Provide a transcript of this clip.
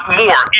more